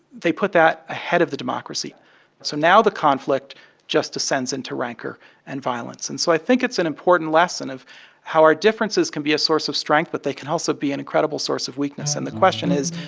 they put that ahead of the democracy. and so now the conflict just descends into rancor and violence. and so i think it's an important lesson of how our differences can be a source of strength, but they can also be an incredible source of weakness. and the question is,